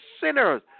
sinners